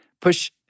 push